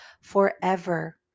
forever